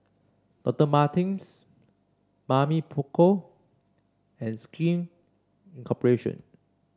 Doctor Martens Mamy Poko and Skin Cooperation